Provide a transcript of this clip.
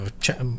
check